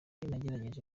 nagerageje